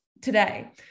today